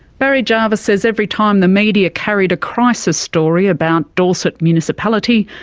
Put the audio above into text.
barry jarvis says every time the media carried a crisis story about dorset municipality,